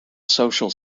social